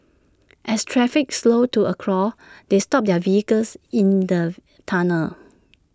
as traffic slowed to A crawl they stopped their vehicles in the tunnel